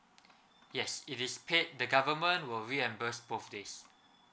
yes it is paid the government will reimburse both days